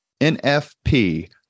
NFP